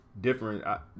different